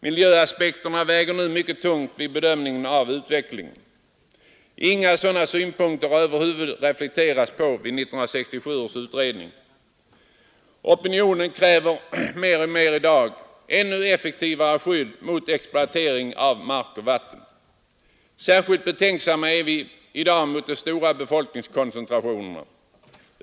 Miljöaspekterna väger nu mycket tungt vid bedömningen av utvecklingen. Inga sådana synpunkter har över huvud ingått i övervägandena vid 1967 års utredning. Opinionen kräver i dag ännu effektivare skydd mot exploatering av mark och vatten. Särskilt betänksamma är vi i dag mot de stora befolkningskoncentrationerna.